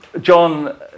John